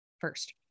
first